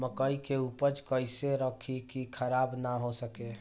मकई के उपज कइसे रखी की खराब न हो सके?